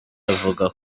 avuga